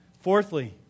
Fourthly